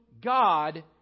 God